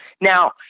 Now